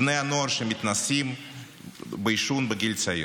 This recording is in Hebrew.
שיעור בני הנוער שמתנסים בעישון בגיל צעיר.